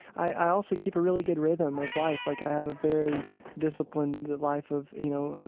i also keep a really good rhythm of life, like i have a very disciplined life of, you know,